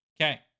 Okay